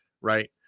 right